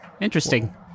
Interesting